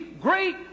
great